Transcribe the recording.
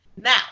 Now